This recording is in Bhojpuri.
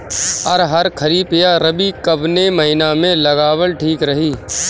अरहर खरीफ या रबी कवने महीना में लगावल ठीक रही?